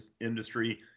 industry